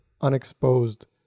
unexposed